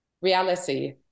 reality